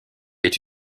est